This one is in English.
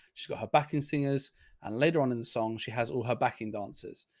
she's got her back in singers and later on in the song she has all her backing dancers.